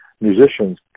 musicians